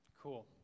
Cool